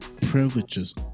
privileges